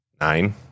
nine